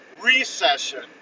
recession